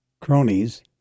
cronies